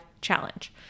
challenge